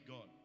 God